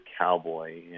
Cowboy